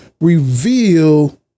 reveal